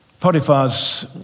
Potiphar's